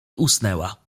usnęła